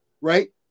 right